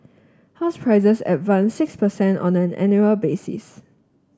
house prices advanced six percent on an annual basis